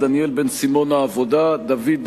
חבר הכנסת דניאל בן-סימון,